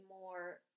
more